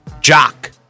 jock